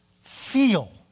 feel